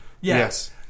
Yes